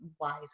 wise